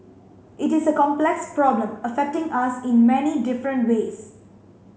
it is a complex problem affecting us in many different ways